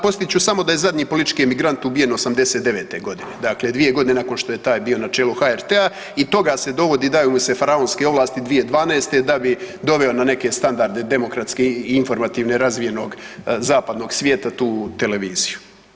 Podsjetit ću samo da je zadnji politički emigrant ubijen '89. godine, dakle dvije godine nakon što je taj bio na čelu HRT-a i toga se dovodi, daju mu se faraonske ovlasti 2012. da bi doveo na neke standarde demokratske i informativnog razvijenog zapadnog svijeta tu televiziju.